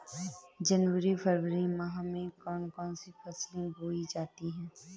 जनवरी फरवरी माह में कौन कौन सी फसलें बोई जाती हैं?